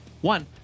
One